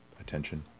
attention